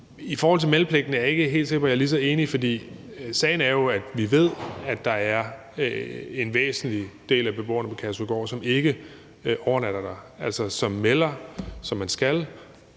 I forhold til meldepligten er jeg ikke sikker på, at jeg er lige så enig, for sagen er jo, at vi ved, at der er en væsentlig del af beboerne på Kærshovedgård, som ikke overnatter der – altså som melder sig, som man skal,